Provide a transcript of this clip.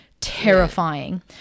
Terrifying